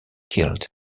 killed